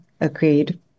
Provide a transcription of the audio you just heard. agreed